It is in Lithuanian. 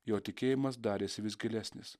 jo tikėjimas darėsi vis gilesnis